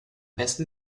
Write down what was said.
besten